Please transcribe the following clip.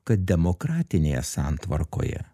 kad demokratinėje santvarkoje